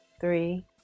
three